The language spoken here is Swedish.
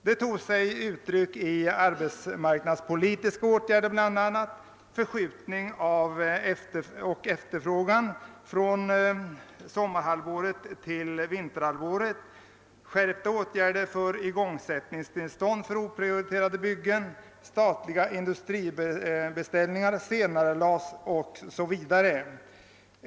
Det tog sig uttryck i arbetsmarknadspolitiska åtgärder, bl.a. en förskjutning av efterfrågan från sommartill vinterhalvåret. Vidare skärptes prövningen av ansökningar om igångsättningstillstånd för oprioriterat byggande, och statliga industribeställningar senarelades.